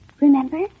Remember